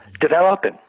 developing